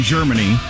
Germany